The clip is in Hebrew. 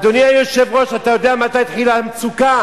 אדוני היושב-ראש, אתה יודע מתי התחילה המצוקה?